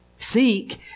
Seek